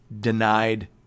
denied